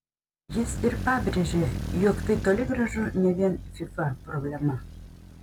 jis ir pabrėžė jog tai toli gražu ne vien fifa problema